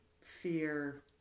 fear